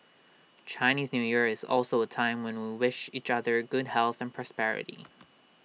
Chinese New Year is also A time when we wish each other good health and prosperity